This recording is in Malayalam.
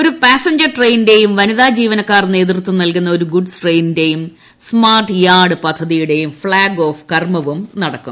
ഒരു പാസഞ്ചർ ട്രെയിന്റെയും വനിതാ ജീവനക്കാർ നേതൃത്വം നൽകുന്ന ഒരു ഗുഡ്സ് ട്രെയിനിന്റെയും സ്മാർട്ട് യാർഡ് പദ്ധതിയുടെയും ഫ്ളാഗ് ഓഫ് കർമ്മവും നടക്കും